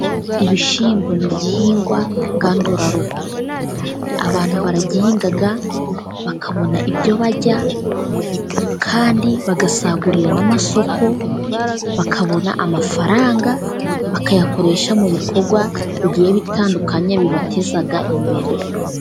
Ibishyimbo n'igihingwa ngandurarugo, abantu baragihinga bakabona ibyo barya, kandi bagasagurira n'amasoko bakabona amafaranga, bakayakoresha mu bikorwa bigiye bitandukanye bibateza imbere.